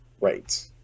right